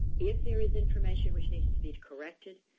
if there is information which needs to be corrected,